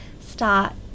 start